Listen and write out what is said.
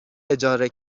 اجاره